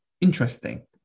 Interesting